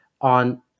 on